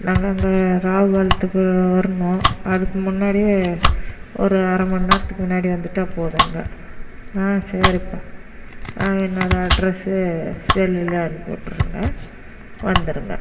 நாங்கள் இந்த ராகுகாலத்துக்கு வரணும் அதுக்கு முன்னாடியே ஒரு அரமணி நேரத்துக்கு முன்னாடியே வந்துவிட்டா போதுங்க சரிப்பா என்னோட அட்ரஸு செல்லில் அனுப்பி விட்டுர்றங்க வந்துடுங்க